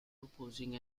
proposing